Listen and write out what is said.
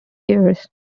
years